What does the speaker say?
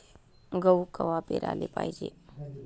गहू कवा पेराले पायजे?